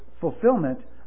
fulfillment